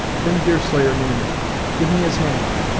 bring deerslayer near me give me his hand.